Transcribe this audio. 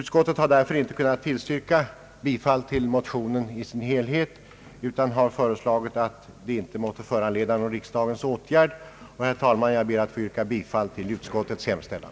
Majoriteten har inte kunnat tillstyrka bifall till motionerna som helhet utan har hemställt att de inte måtte föranleda någon riksdagens åtgärd. Herr talman, jag ber att få yrka bifall till utskottets hemställan.